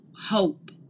hope